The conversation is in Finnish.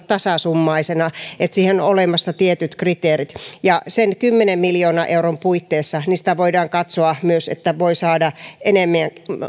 tasasummaisena niin että siihen on olemassa tietyt kriteerit ja sen kymmenen miljoonan euron puitteissa voidaan katsoa myös että avustusta voi saada